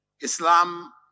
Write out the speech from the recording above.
Islam